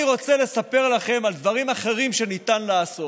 אני רוצה לספר לכם על דברים אחרים שניתן לעשות